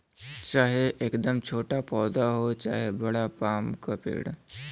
चाहे एकदम छोटा पौधा हो चाहे बड़ा पाम क पेड़